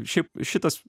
šiaip šitas